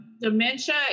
dementia